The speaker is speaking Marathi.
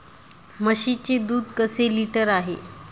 म्हशीचे दूध कसे लिटर आहे?